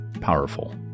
powerful